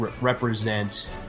represent